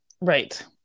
right